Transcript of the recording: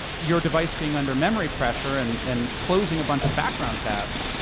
your device being under memory pressure and and closing a bunch of background tabs.